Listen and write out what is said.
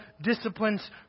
disciplines